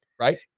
right